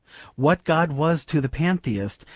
what god was to the pantheist,